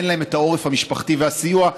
אין להם העורף המשפחתי והסיוע,